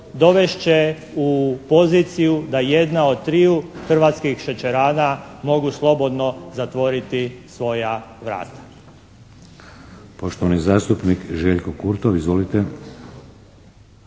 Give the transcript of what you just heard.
dovest će u poziciju da jedna od triju hrvatskih šećerana mogu slobodno zatvoriti svoja vrata.